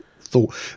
thought